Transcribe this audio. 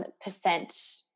percent